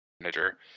manager